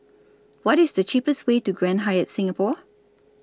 What IS The cheapest Way to Grand Hyatt Singapore